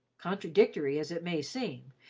contradictory as it may seem,